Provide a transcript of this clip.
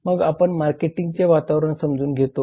मग आपण मार्केटिंगचे वातावरण समजून घेतो